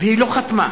והיא לא חתמה,